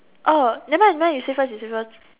oh nevermind nevermind you say first you say first